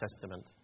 Testament